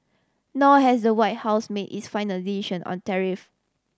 nor has the White House made its final decision on tariff